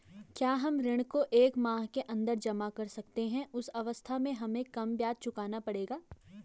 क्या हम ऋण को एक माह के अन्दर जमा कर सकते हैं उस अवस्था में हमें कम ब्याज चुकाना पड़ेगा?